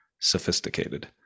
sophisticated